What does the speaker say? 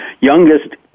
youngest